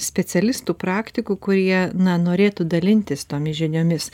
specialistų praktikų kurie na norėtų dalintis tomis žiniomis